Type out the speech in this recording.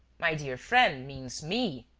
my dear friend means me,